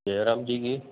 जय राम जी की